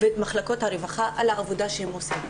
ואת מחלקות הרווחה על העבודה שהן עושות,